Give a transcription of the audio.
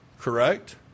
correct